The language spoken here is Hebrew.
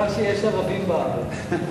מזל שיש ערבים בארץ.